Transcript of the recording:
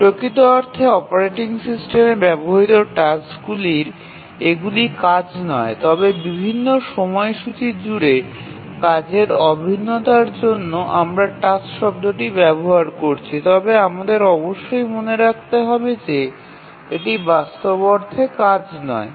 প্রকৃত অর্থে অপারেটিং সিস্টেমে ব্যবহৃত টাস্কটির এগুলি কাজ নয় তবে বিভিন্ন সময়সূচী জুড়ে কাজের অভিন্নতার জন্য আমরা টাস্ক শব্দটি ব্যবহার করছি তবে আমাদের অবশ্যই মনে রাখতে হবে যে এটি বাস্তব অর্থে কাজ নয়